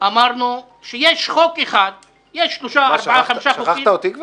אמרנו שיש חוק אחד -- שכחת אותי?